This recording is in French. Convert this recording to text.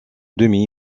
demi